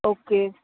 okay